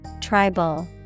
Tribal